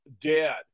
dead